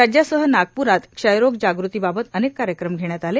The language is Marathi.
राज्यासह नागप्रात क्षय रोग जागृती बाबत अनेक कार्यक्रम घेण्यात आले